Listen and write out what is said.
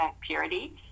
purity